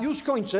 Już kończę.